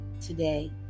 today